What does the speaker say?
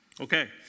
Okay